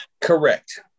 Correct